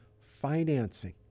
financing